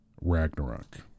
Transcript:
Ragnarok